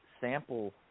sample